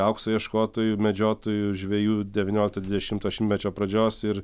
aukso ieškotojų medžiotojų žvejų devyniolikto dvidešimto šimtmečio pradžios ir